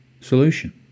Solution